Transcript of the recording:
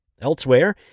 Elsewhere